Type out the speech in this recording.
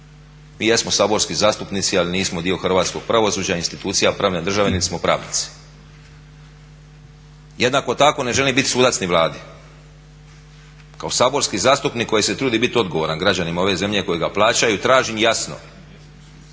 Mi jesmo saborski zastupnici ali nismo dio hrvatskog pravosuđa, institucija pravne države niti smo pravnici. Jednako tako ne želim biti sudac ni Vladi. Kao saborski zastupnik koji se trudi biti odgovoran građanima ove zemlje koji ga plaćaju tražim jasno